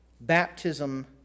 baptism